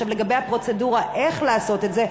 לגבי הפרוצדורה איך לעשות את זה,